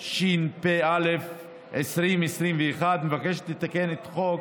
התשפ"א 2021, מבקשת לתקן את חוק